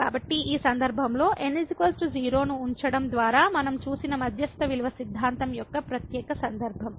కాబట్టి ఈ సందర్భంలో n 0 ను ఉంచడం ద్వారా మనం చూసిన మధ్యస్థ విలువ సిద్ధాంతం యొక్క ప్రత్యేక సందర్భం